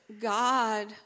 God